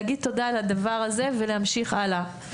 להגיד תודה על הדבר הזה ולהמשיך הלאה.